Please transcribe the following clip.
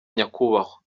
nyakubahwa